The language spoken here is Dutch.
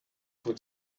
voor